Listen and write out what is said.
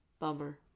Bummer